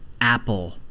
Apple